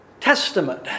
Testament